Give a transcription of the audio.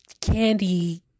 candy